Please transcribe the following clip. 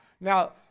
Now